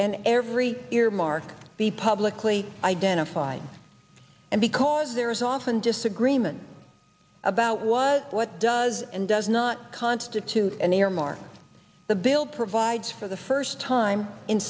and every earmark be publicly identified and because there is often disagreement about what what does and does not constitute an earmark the bill provides for the first time in